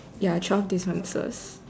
ya twelve differences